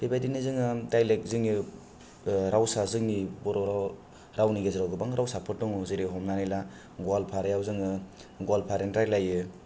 बेबायदिनो जोङो आं दायलेख जोंनि रावसा जोंनि बर' रावआव रावनि गेजेराव गोबां रावसाफोर दङ जेरै हमनानै ला ग'वालपारायाव जोङो ग'वालपारानि रायलायो